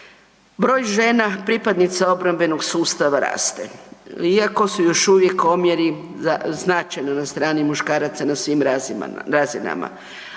Broj žena pripadnica obrambenog sustava raste iako su još uvijek omjeri značajno na strani muškaraca na svim razinama.